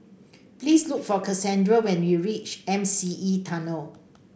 please look for Cassandra when you reach M C E Tunnel